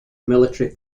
military